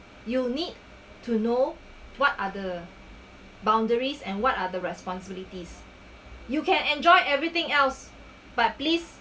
you need to know what are the boundaries and what are the responsibilities you can enjoy everything else but please